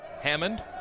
Hammond